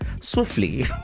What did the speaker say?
swiftly